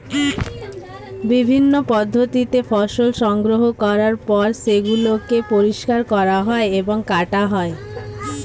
বিভিন্ন পদ্ধতিতে ফসল সংগ্রহ করার পর সেগুলোকে পরিষ্কার করা হয় এবং কাটা হয়